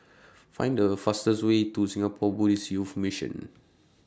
Find The fastest Way to Singapore Buddhist Youth Mission